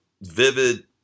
vivid